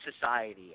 society